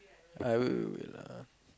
I will lah